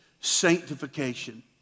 sanctification